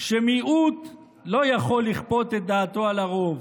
שמיעוט לא יכול לכפות את דעתו על הרוב.